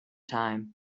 time